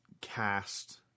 cast